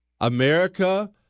America